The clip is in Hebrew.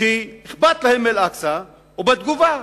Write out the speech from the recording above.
שאכפת להם מאל-אקצא, ובתגובה,